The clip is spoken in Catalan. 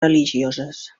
religioses